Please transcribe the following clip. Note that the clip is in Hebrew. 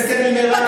הסכם עם,